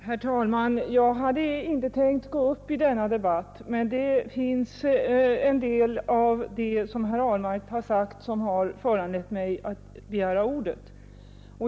Herr talman! Jag hade inte tänkt gå upp i denna debatt, men en del av det som herr Ahlmark sagt har föranlett mig att begära ordet.